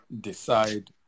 decide